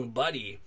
buddy